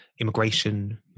immigration